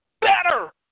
better